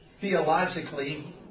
theologically